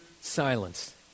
silence